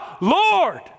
Lord